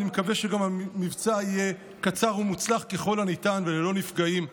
אני גם מקווה שהמבצע יהיה קצר ומוצלח ככל הניתן וללא נפגעים,